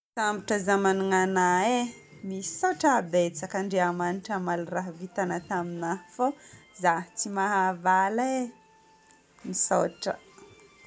Sambatra zaho magnana anà e. Misaotra betsaka. Andriamanitra hamaly raha vitanà taminà fô zaho tsy mahavaly e. Misaotra.